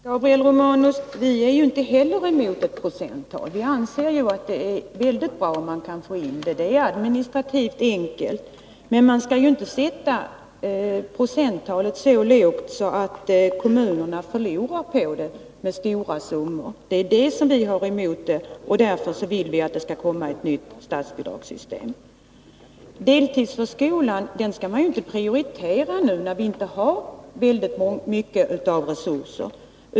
Herr talman! Vi är ju inte heller, Gabriel Romanus, emot ett procenttal, utan anser att det är mycket bra, om man kan införa ett sådant. Det är också administrativt enkelt. Men man skall inte välja ett så lågt procenttal att kommunerna förlorar stora summor på det. Det är detta som vi vänder oss emot och därför vill vi att det skall införas ett nytt statsbidragssystem. Deltidsförskolan bör vi ju inte prioritera nu, då vi inte har så stora resurser.